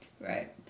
Right